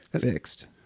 fixed